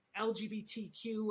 LGBTQ